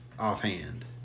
offhand